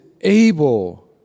able